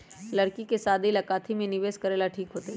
लड़की के शादी ला काथी में निवेस करेला ठीक होतई?